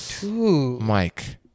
Mike